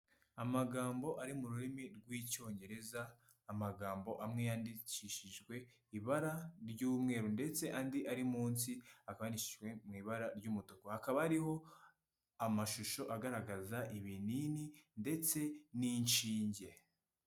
Amagambo ari mu rurimi rw'icyongereza, amagambo amwe yandikishijwe ibara ry'umweru ndetse andi ari munsi akaba yandikishijwe mu ibara ry'umutuku, hakaba hari amashusho agaragaza ibinini ndetse n'inshinge.